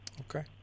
Okay